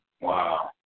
Wow